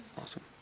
Awesome